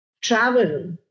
travel